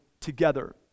together